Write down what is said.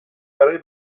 برای